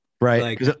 right